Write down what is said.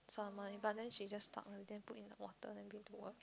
some money but then she just pluck in and then put in her water then bring to work